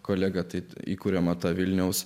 kolega ateiti į kuriamą tą vilniaus